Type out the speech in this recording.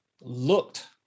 looked